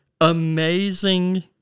amazing